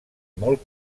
molt